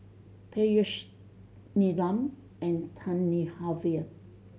Peyush Neelam and Thamizhavel